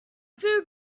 food